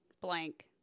blank